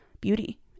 beauty